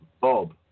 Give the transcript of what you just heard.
Bob